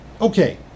Okay